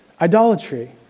idolatry